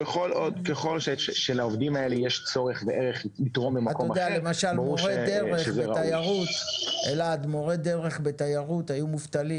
ככל שלעובדים האלה יש צורך ב --- למשל מורי דרך בתיירות היו מובטלים,